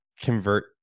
convert